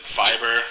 fiber